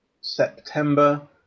September